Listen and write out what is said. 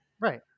Right